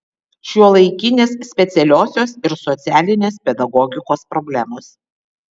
šiuolaikinės specialiosios ir socialinės pedagogikos problemos